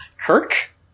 Kirk